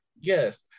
Yes